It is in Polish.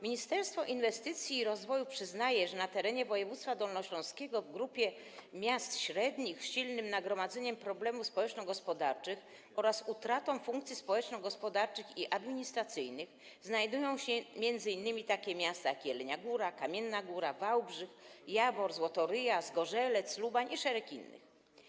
Ministerstwo Inwestycji i Rozwoju przyznaje, że na terenie województwa dolnośląskiego w grupie miast średnich z silnym nagromadzeniem problemów społeczno-gospodarczych oraz zagrożonych utratą funkcji społeczno-gospodarczych i administracyjnych znajdują się m.in. takie miasta jak Jelenia Góra, Kamienna Góra, Wałbrzych, Jawor, Złotoryja, Zgorzelec, Lubań i szereg innych.